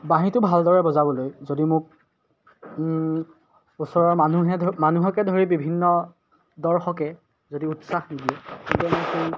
বাঁহীটো ভালদৰে বজাবলৈ যদি মোক ওচৰৰ মানুহে মানুহকে ধৰি বিভিন্ন দৰ্শকে যদি উৎসাহ নিদিয়ে তেতিয়া মই